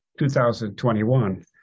2021